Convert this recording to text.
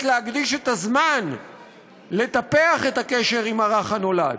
להקדיש את הזמן לטפח את הקשר עם הרך הנולד.